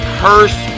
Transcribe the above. curse